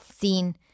scene